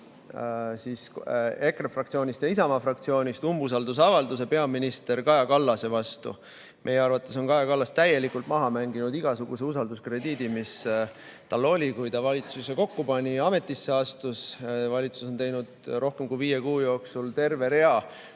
nimel EKRE fraktsioonist ja Isamaa fraktsioonist umbusaldusavalduse peaminister Kaja Kallase vastu. Meie arvates on Kaja Kallas täielikult maha mänginud igasuguse usalduskrediidi, mis tal oli, kui ta valitsuse kokku pani ja ametisse astus. Valitsus on teinud rohkem kui viie kuu jooksul terve rea